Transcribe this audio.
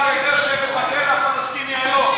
היא הייתה יותר בכלא הפלסטיני היום,